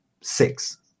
six